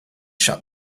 shut